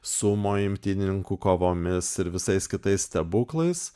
sumo imtynininkų kovomis ir visais kitais stebuklais